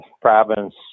province